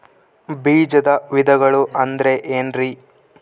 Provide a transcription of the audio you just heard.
ಬೇಜದ ವಿಧಗಳು ಅಂದ್ರೆ ಏನ್ರಿ?